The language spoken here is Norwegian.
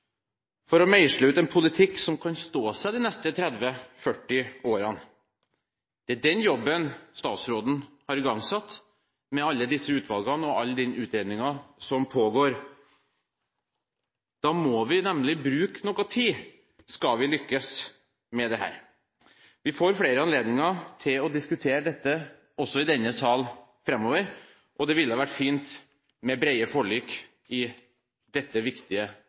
for å meisle ut en politikk som kan stå seg de neste 30–40 årene. Det er den jobben statsråden har igangsatt med alle disse utvalgene og all den utredningen som pågår. Da må vi nemlig bruke noe tid hvis vi skal lykkes med dette. Vi får flere anledninger til å diskutere dette også i denne sal framover, og det ville vært fint med brede forlik i dette viktige